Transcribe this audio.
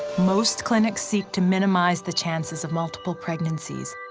most clinics seek to minimize the chances of multiple pregnancies,